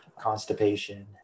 constipation